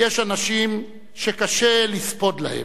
יש אנשים שקשה לספוד להם.